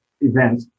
event